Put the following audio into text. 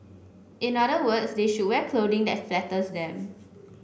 in other words they should wear clothing that flatters them